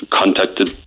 contacted